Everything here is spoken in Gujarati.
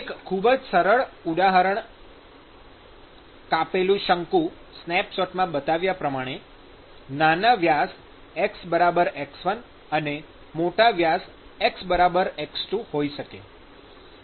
એક ખૂબ જ સરળ ઉદાહરણ કાપેલું શંકુ સ્નેપશોટમાં બતાવ્યા પ્રમાણે નાના વ્યાસ xx1 અને મોટા વ્યાસ xx2 હોય શકે